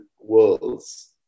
worlds